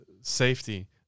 safety